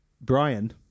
Brian